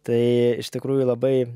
tai iš tikrųjų labai